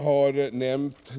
Herr talman!